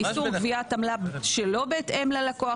איסור גביית עמלה שלא בהתאם ללקוח.